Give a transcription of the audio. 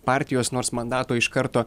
partijos nors mandato iš karto